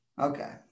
Okay